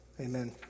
Amen